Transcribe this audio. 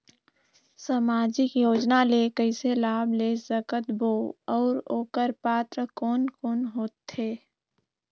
समाजिक योजना ले कइसे लाभ ले सकत बो और ओकर पात्र कोन कोन हो थे?